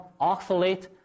oxalate